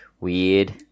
weird